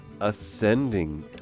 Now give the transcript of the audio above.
Ascending